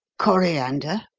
coriander?